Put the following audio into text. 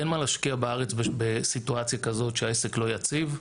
אין מה להשקיע בארץ בסיטואציה כזאת שהעסק לא יציב,